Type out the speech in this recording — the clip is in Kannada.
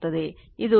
ಇದು ಸಮೀಕರಣ 6